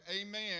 amen